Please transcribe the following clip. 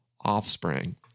offspring